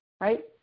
right